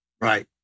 Right